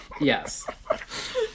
Yes